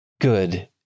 good